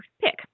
pick